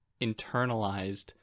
internalized